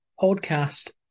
Podcast